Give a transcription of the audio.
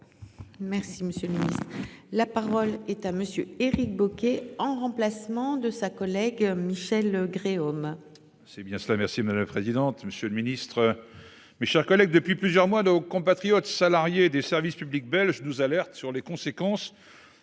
Merci, monsieur le Ministre. La parole est à monsieur Éric Bocquet en remplacement de sa collègue Michelle Gréaume. C'est bien cela. Merci présidente. Monsieur le Ministre. Mes chers collègues. Depuis plusieurs mois nos compatriotes salariés des services publics belges nous alerte sur les conséquences